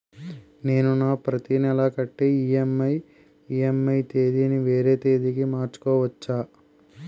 నేను నా ప్రతి నెల కట్టే ఈ.ఎం.ఐ ఈ.ఎం.ఐ తేదీ ని వేరే తేదీ కి మార్చుకోవచ్చా?